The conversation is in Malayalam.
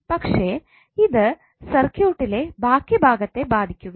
പക്ഷേ ഇത് സർക്യൂട്ടിലെ ഭാക്കി ഭാഗത്തെ ബാധിക്കുകയില്ല